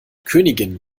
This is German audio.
königinnen